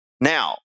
Now